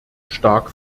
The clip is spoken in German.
stark